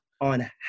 on